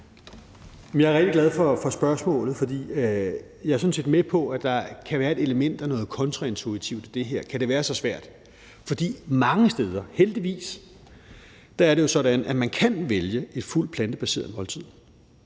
Jeg er rigtig glad for spørgsmålet, for jeg er sådan set med på, at der kan være et element af noget kontraintuitivt i det her, når man spørger: Kan det være så svært? For mange steder er det jo heldigvis sådan, at man kan vælge et fuldt plantebaseret måltid,